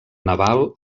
naval